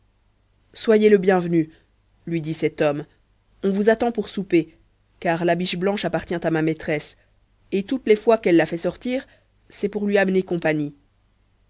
soyez le bienvenu lui dit cet homme on vous attend pour souper car la biche blanche appartient à ma maîtresse et toutes les fois qu'elle la fait sortir c'est pour lui amener compagnie